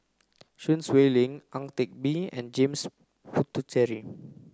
Sun Xueling Ang Teck Bee and James Puthucheary